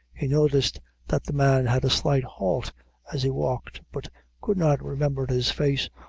he noticed that the man had a slight halt as he walked, but could not remember his face,